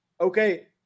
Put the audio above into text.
okay